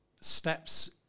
steps